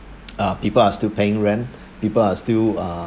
uh people are still paying rent people are still uh